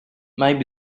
might